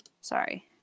Sorry